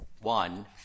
one